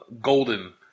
Golden